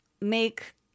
make